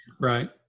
Right